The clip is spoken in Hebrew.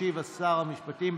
ישיב שר המשפטים.